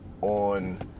on